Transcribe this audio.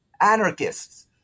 anarchists